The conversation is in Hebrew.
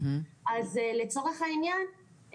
אז לצורך העניין,